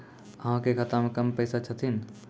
अहाँ के खाता मे कम पैसा छथिन?